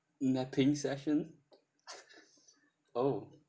mm napping session oh